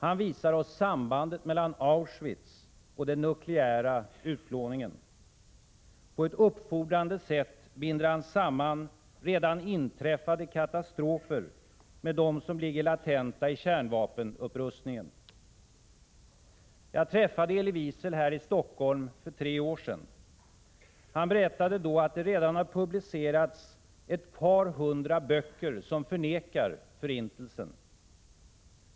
Han visar oss sambandet mellan Auschwitz och den nukleära utplåningen. På ett uppfordrande sätt binder han samman redan inträffade katastrofer med dem som ligger latenta i kärnvapenupprustningen. Jag träffade Elie Wiesel här i Stockholm för tre år sedan. Han berättade då att det redan publicerats ett par hundra böcker som förnekar Förintelsen.